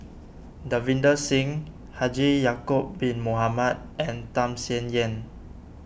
Davinder Singh Haji Ya'Acob Bin Mohamed and Tham Sien Yen